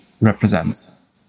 represents